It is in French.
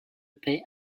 paix